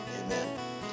Amen